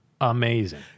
amazing